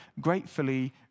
gratefully